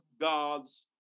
God's